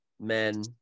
men